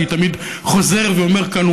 אני תמיד חוזר ואומר כאן,